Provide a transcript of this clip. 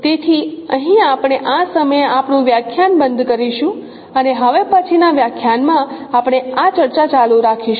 તેથી અહીં આપણે આ સમયે આપણું વ્યાખ્યાન બંધ કરીશું અને હવે પછીનાં વ્યાખ્યાન માં આપણે આ ચર્ચા ચાલુ રાખીશું